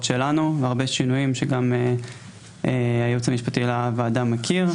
שלנו והרבה שינויים שגם הייעוץ המשפטי לוועדה מכיר,